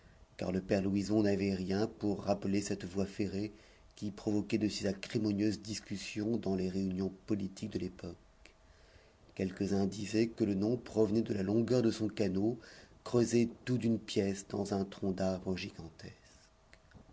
car le père louison n'avait rien pour rappeler cette voie ferrée qui provoquait de si acrimonieuses discussions dans les réunions politiques de l'époque quelques-uns disaient que le nom provenait de la longueur de son canot creusé tout d'une pièce dans un tronc d'arbre gigantesque